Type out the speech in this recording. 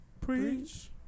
preach